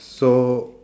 so